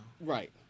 Right